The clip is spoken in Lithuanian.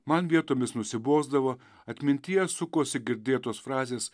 man vietomis nusibosdavo atmintyje sukosi girdėtos frazės